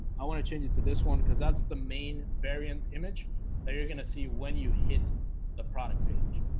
i want to change it to this one because that's the main variant image that you're gonna see when you hit the product page